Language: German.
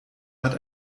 hat